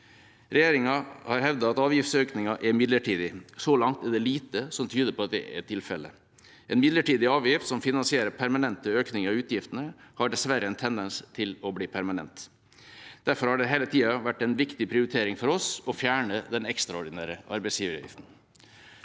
Regjeringa har hevdet at avgiftsøkningen er midlertidig. Så langt er det lite som tyder på at det er tilfellet. En midlertidig avgift som finansierer permanente økninger av utgiftene, har dessverre en tendens til å bli permanent. Derfor har det hele tida vært en viktig prioritering for oss å fjerne den ekstraordinære arbeidsgiveravgiften.